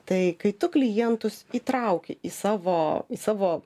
tai kai tu klientus įtrauki į savo į savo